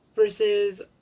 Versus